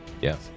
Yes